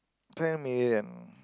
ten million